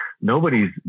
Nobody's